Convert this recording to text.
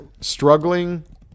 struggling